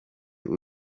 uyu